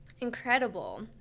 incredible